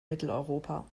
mitteleuropa